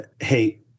Hey